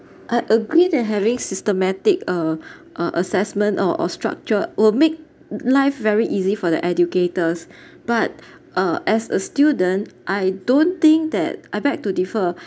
I agree that having systematic uh uh assessment or or structure will make life very easy for the educators but uh as a student I don't think that I beg to differ